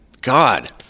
God